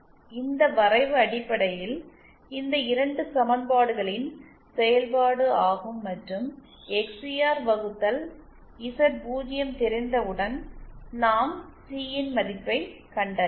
இந்த வரைவு அடிப்படையில் இந்த 2 சமன்பாடுகளின் செயல்பாடு ஆகும் மற்றும் எக்ஸ்சிஆர் வகுத்தல் இசட் 0 தெரிந்தவுடன் நாம் சி ன் மதிப்பை கண்டறியலாம்